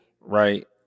right